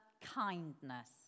kindness